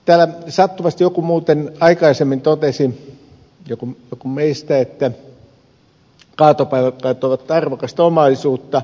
täällä sattuvasti joku meistä muuten aikaisemmin totesi että kaatopaikat ovat arvokasta omaisuutta